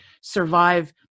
survive